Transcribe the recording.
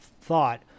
thought